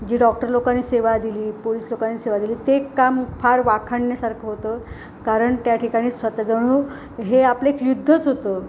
जी doctor लोकांनी सेवा दिली पोलीस लोकांनी सेवा दिली ते काम फार वाखाणण्यासारखं होतं कारण त्या ठिकाणी स्वतः जणू हे आपले एक युद्धच होतं